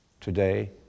today